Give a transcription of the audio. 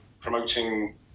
promoting